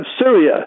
Syria